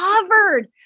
covered